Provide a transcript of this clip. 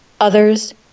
others